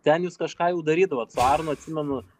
ten jūs kažką jau darydavot su arnu atsimenu